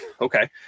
okay